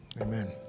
amen